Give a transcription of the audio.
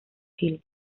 hill